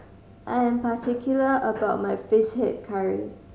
I am particular about my Fish Head Curry